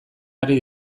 ari